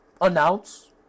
announce